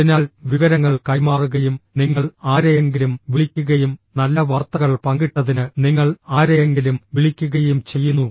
അതിനാൽ വിവരങ്ങൾ കൈമാറുകയും നിങ്ങൾ ആരെയെങ്കിലും വിളിക്കുകയും നല്ല വാർത്തകൾ പങ്കിട്ടതിന് നിങ്ങൾ ആരെയെങ്കിലും വിളിക്കുകയും ചെയ്യുന്നു